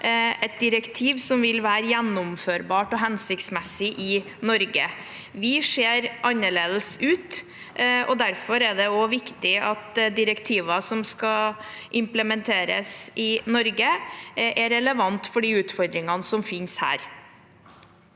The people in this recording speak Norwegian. et direktiv som vil være gjennomførbart og hensiktsmessig i Norge. Vi ser annerledes ut, og derfor er det også viktig at direktiver som skal implementeres i Norge, er relevante for de utfordringene som finnes her.